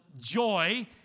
Joy